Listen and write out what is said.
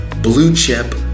blue-chip